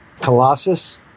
Colossus